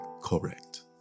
correct